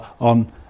on